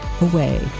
away